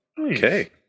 Okay